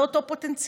זה אותו פוטנציאל?